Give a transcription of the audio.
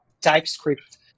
TypeScript